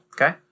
Okay